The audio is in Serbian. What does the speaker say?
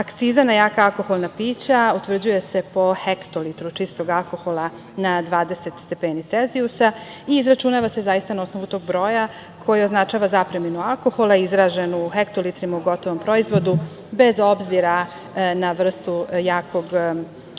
akciza na jaka alkoholna pića utvrđuje se po hektolitru čistog alkohola na 20 stepeni celzijusa i izračunava se na osnovu tog broja, koji označava zapreminu alkohola izražena u hektolitrima u gotovom proizvodu, bez obzira na vrstu jakog